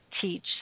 teach